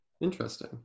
Interesting